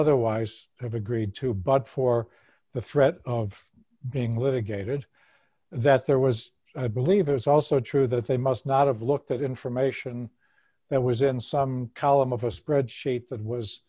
otherwise have agreed to but for the threat of being litigated that there was i believe it was also true that they must not of looked at information that was in some column of a spread sheet that was